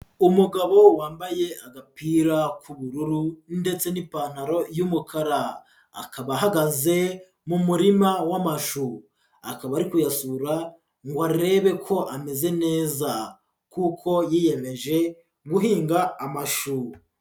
Umugabo wambaye agapira k'ubururu ndetse n'ipantaro y'umukara, akaba ahagaze mu murima w'amashu, akaba ari kuyasura ngo arebe ko ameze neza kuko yiyemeje guhinga amashu.